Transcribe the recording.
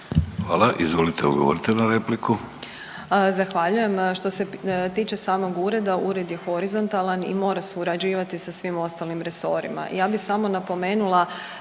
Hvala. Izvolite odgovorite na repliku. **Josić, Željka (HDZ)** Zahvaljujem. Što se tiče samog ureda, ured je horizontalan i mora surađivati sa svim ostalim resorima. Ja bi samo napomenula